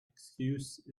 excuse